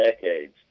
decades